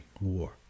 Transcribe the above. War